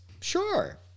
Sure